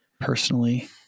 personally